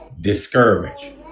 Discouraged